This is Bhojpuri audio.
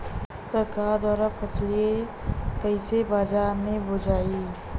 सरकार द्वारा फसलिया कईसे बाजार में बेचाई?